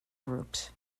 groups